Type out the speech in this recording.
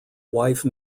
wife